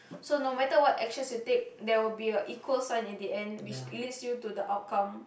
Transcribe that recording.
so no matter what actions you take there will be an equal sign at the end which leads you to the outcome